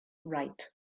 wright